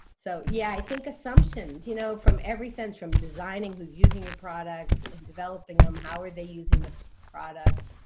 so, yeah, i think assumptions, you know from every sense from designing who's using your products and developing them, how are they using the products.